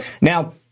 Now